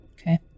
Okay